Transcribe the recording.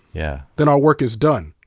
yeah then our work is done.